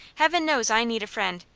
heaven knows i need a friend,